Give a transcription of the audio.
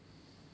um